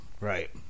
Right